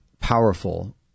powerful